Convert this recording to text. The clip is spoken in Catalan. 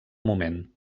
moment